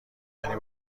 یعنی